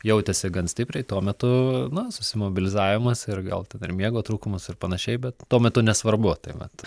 jautėsi gan stipriai tuo metu na susimobilizavimas ir gal tai dar miego trūkumas ir panašiai bet tuo metu nesvarbu tai vat